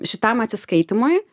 šitam atsiskaitymui